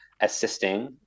assisting